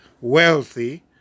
wealthy